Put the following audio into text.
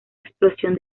explosión